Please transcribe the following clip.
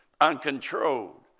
uncontrolled